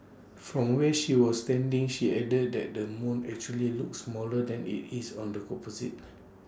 from where she was standing she added that the moon actually looked smaller than IT is on the composite